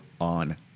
on